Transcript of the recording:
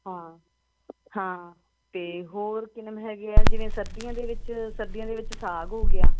ਹਾਂ ਹਾਂ ਅਤੇ ਹੋਰ ਕਿਨਮ ਹੈਗੇ ਆ ਜਿਵੇਂ ਸਰਦੀਆਂ ਦੇ ਵਿੱਚ ਸਰਦੀਆਂ ਦੇ ਵਿੱਚ ਸਾਗ ਹੋ ਗਿਆ